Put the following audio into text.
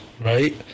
right